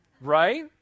right